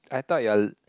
I thought you're